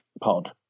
pod